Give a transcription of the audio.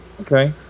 Okay